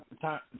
time